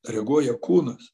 reaguoja kūnas